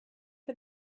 for